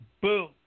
boom